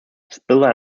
spiller